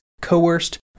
coerced